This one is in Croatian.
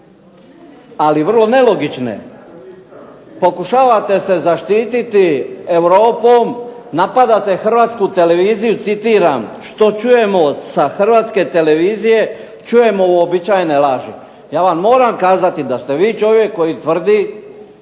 ali vrlo nelogične. Pokušavate se zaštititi Europom, napadate Hrvatsku televiziju, "što čujemo sa Hrvatske televizije čujemo uobičajene laži". Ja vam moram kazati da ste vi čovjek koji tvrdi